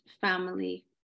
family